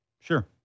Sure